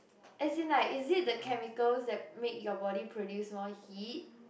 as in like is it the chemicals that make your body produce more heat